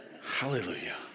hallelujah